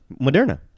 Moderna